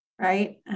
right